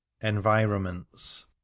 Environments